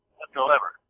Whatsoever